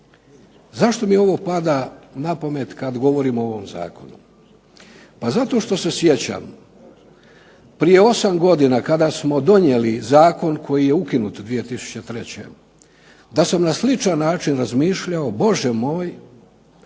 Zašto mi ovo pada na pamet kad govorim o ovom zakonu?